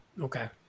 Okay